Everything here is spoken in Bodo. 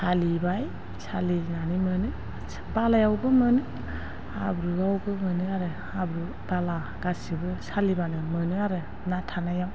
सालिबाय सालिनानै मोनो बालायावबो मोनो हाब्रुआवबो मोनो आरो हाब्रु बाला गासैबो सालिबानो मोनो आरो ना थानायाव